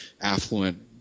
affluent